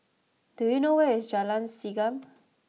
do you know where is Jalan Segam